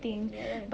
ya